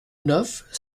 neuf